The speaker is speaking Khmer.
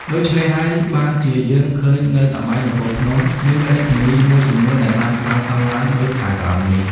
ដូច្នេះហើយ បានជាយើងឃើញនៅសម័យនគរភ្នំ មានរាជធានីមួយចំនួនដែលបានសាងសង់ឡើង ដូចខាងក្រោមនេះ